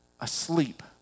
asleep